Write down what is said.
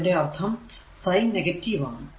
അതിന്റെ അർഥം sine negative ആണ്